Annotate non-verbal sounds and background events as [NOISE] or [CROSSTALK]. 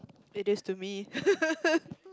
it is to me [LAUGHS]